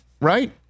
right